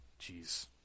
Jeez